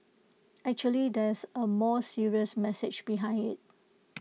actually there's A more serious message behind IT